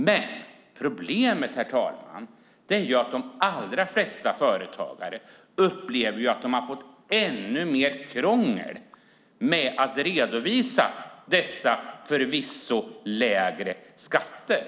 Men problemet är att de allra flesta företagare upplever att de har fått ännu mer krångel med att redovisa dessa förvisso lägre skatter.